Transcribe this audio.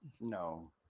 no